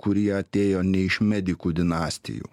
kurie atėjo ne iš medikų dinastijų